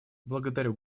благодарю